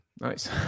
Nice